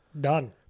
Done